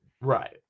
Right